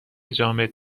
جامد